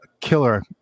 killer